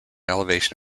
elevation